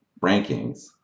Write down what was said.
rankings